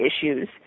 issues